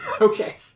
Okay